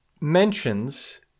mentions